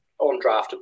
undrafted